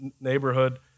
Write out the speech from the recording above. neighborhood